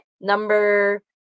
number